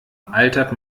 altert